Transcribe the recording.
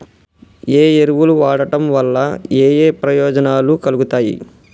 ఏ ఎరువులు వాడటం వల్ల ఏయే ప్రయోజనాలు కలుగుతయి?